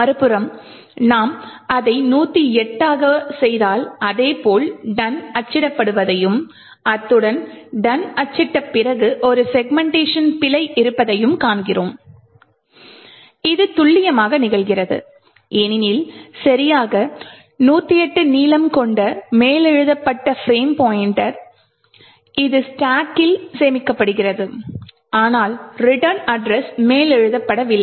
மறுபுறம் நாம் அதை 108 ஆக செய்தால் அதேபோல் "done" அச்சிடப்படுவதையும் அத்துடன் "done" அச்சிடப் பிறகு ஒரு செக்மென்ட்டேஷன் பிழை இருப்பதைக் காண்கிறோம் இது துல்லியமாக நிகழ்கிறது ஏனெனில் சரியாக 108 நீளம் கொண்ட மேலெழுதப்பட்ட பிரேம் பாய்ண்ட்டர் இது ஸ்டாக்கில் சேமிக்கப்படுகிறது ஆனால் ரிட்டர்ன் அட்ரஸ் மேலெழுதப்படவில்லை